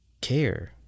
care